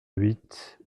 huit